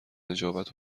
نجابت